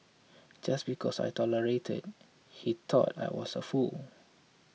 just because I tolerated he thought I was a fool